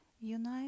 unite